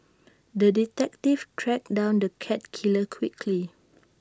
the detective tracked down the cat killer quickly